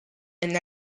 and